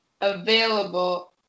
available